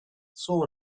saw